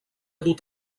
dut